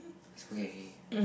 is okay